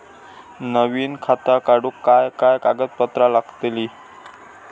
नवीन खाता काढूक काय काय कागदपत्रा लागतली?